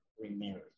remarry